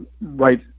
right